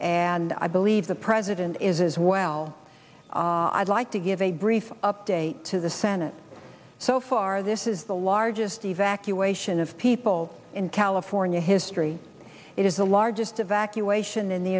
and i believe the president is is well i'd like to give a brief update to the senate so far this is the largest evacuation of people in california history it is the largest evacuation in the